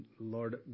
Lord